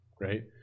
right